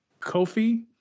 Kofi